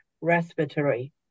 respiratory